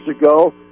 ago